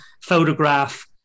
photograph